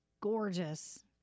gorgeous